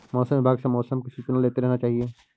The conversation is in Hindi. मौसम विभाग से मौसम की सूचना लेते रहना चाहिये?